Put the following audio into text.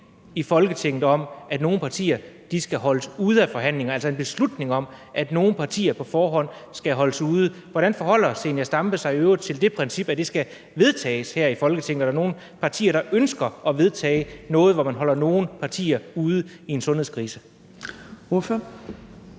i Folketinget om, at nogle partier skal holdes ude af forhandlinger – altså en beslutning om, at nogle partier på forhånd skal holdes ude. Hvordan forholder fru Zenia Stampe sig i øvrigt til det princip, at det skal vedtages her i Folketinget; altså at der er nogle partier, der ønsker at vedtage noget, hvor man holder nogle partier ude, i en sundhedskrise? Kl.